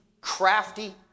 crafty